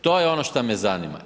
To je ono što me zanima.